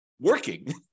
working